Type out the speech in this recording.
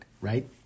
right